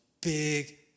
big